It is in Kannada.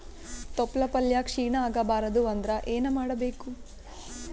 ತೊಪ್ಲಪಲ್ಯ ಕ್ಷೀಣ ಆಗಬಾರದು ಅಂದ್ರ ಏನ ಮಾಡಬೇಕು?